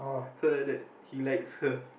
her that he likes her